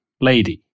lady